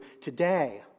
today